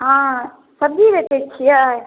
हँ सब्जी बेचै छियै